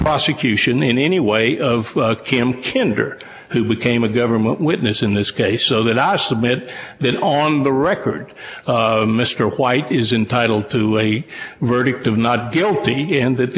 prosecution in any way of kim candor who became a government witness in this case so that i submit that on the record mr white is entitle to a verdict of not guilty and that